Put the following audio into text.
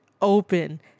open